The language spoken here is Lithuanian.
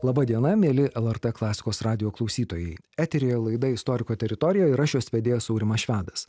laba diena mieli lrt klasikos radijo klausytojai eteryje laida istoriko teritorija ir aš jos vedėjas aurimas švedas